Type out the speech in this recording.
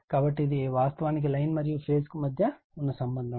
కాబట్టి ఇది వాస్తవానికి లైన్ మరియు ఫేజ్ కు మధ్య ఉన్న సంబంధం